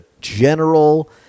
general